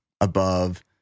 above-